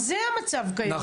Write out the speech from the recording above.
כן, גם זה המצב כיום.